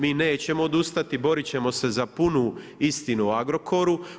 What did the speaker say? Mi nećemo odustati, borit ćemo se za punu istinu o Agrokoru.